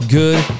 good